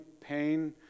pain